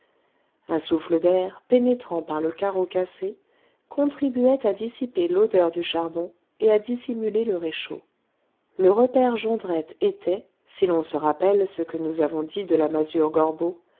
un souffle d'air pénétrant par le carreau cassé contribuait à dissiper l'odeur du charbon et à dissimuler le réchaud le repaire jondrette était si l'on se rappelle ce que nous avons dit de la masure gorbeau